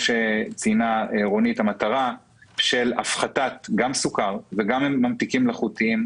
של הפחתת סוכר והפחתת ממתיקים מלאכותיים,